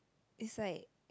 it's like